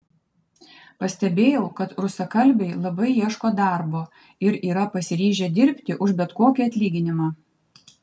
pastebėjau kad rusakalbiai labai ieško darbo ir yra pasiryžę dirbti už bet kokį atlyginimą